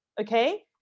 okay